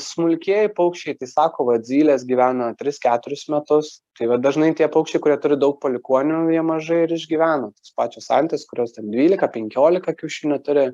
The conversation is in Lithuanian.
smulkieji paukščiai tai sako vat zylės gyvena tris keturis metus tai va dažnai tie paukščiai kurie turi daug palikuonių jie mažai ir išgyvena pačios antys kurios ten dvylika penkiolika kiaušinių turi